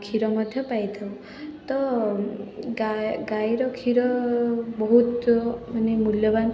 କ୍ଷୀର ମଧ୍ୟ ପାଇଥାଉ ତ ଗାଈର କ୍ଷୀର ବହୁତ ମାନେ ମୂଲ୍ୟବାନ